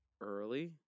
early